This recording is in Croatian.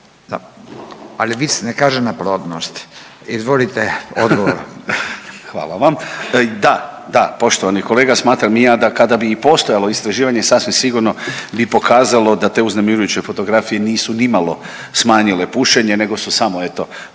Ali vic ne kaže neplodnosti. Izvolite odgovor. **Dretar, Davor (DP)** Hvala vam. Da, da, poštovani kolega smatram i ja da kada bi i postojalo istraživanje sasvim sigurno bi pokazalo da te uznemirujuće fotografije nisu nimalo smanjile pušenje nego su samo eto